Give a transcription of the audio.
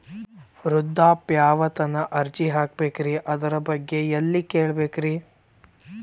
ವೃದ್ಧಾಪ್ಯವೇತನ ಅರ್ಜಿ ಹಾಕಬೇಕ್ರಿ ಅದರ ಬಗ್ಗೆ ಎಲ್ಲಿ ಕೇಳಬೇಕ್ರಿ?